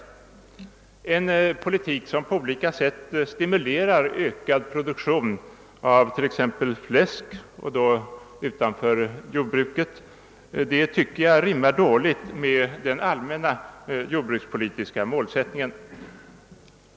Att föra en politik som på olika sätt stimulerar ökad produktion av t.ex. fläsk — och det utanför jordbruket — tycker jag rimmar illa med den allmänna jordbrukspolitiska målsättningen.